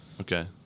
Okay